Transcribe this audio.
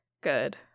Good